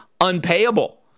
unpayable